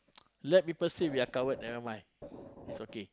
let people say we are coward never mind it's okay